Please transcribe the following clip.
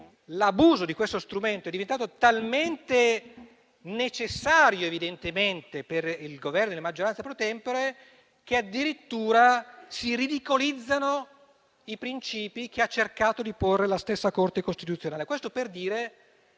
l'abuso di questo strumento è diventato talmente necessario, evidentemente, per il Governo e la maggioranza *pro tempore*, che addirittura si ridicolizzano i principi che ha cercato di porre la stessa Corte costituzionale.